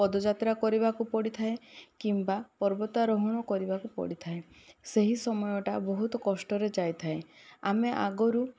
ପଦଯାତ୍ରା କରିବାକୁ ପଡ଼ିଥାଏ କିମ୍ବା ପର୍ବତ ଆରୋହଣ କରିବାକୁ ପଡ଼ିଥାଏ ସେହି ସମୟଟା ବହୁତ କଷ୍ଟରେ ଯାଇଥାଏ ଆମେ ଆଗରୁ